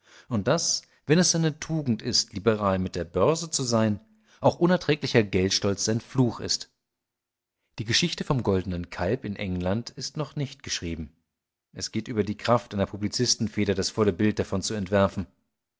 und daß wenn es seine tugend ist liberal mit der börse zu sein auch unerträglicher geldstolz sein fluch ist die geschichte vom goldenen kalb in england ist noch nicht geschrieben es geht über die kraft einer publizisten feder das volle bild davon zu entwerfen